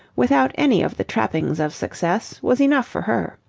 without any of the trappings of success, was enough for her.